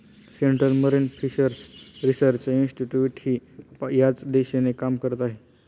central marine fishers research इन्स्टिट्यूटही याच दिशेने काम करत आहे